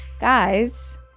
guys